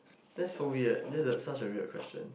that so weird that a such a weird question